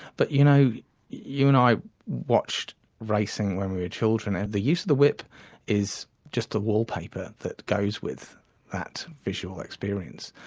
but you know you and i watched racing when we were children and the use of the whip is just the wallpaper that goes with that visual experience.